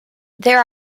there